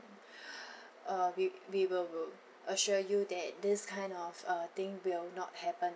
uh we we will will assure you that this kind of uh thing will not happen